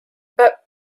but